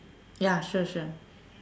ya sure sure